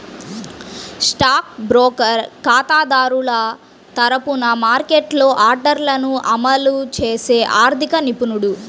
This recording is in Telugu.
స్టాక్ బ్రోకర్ ఖాతాదారుల తరపున మార్కెట్లో ఆర్డర్లను అమలు చేసే ఆర్థిక నిపుణుడు